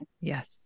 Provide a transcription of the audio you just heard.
Yes